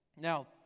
Now